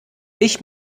ich